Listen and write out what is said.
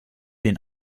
den